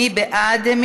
מי בעד?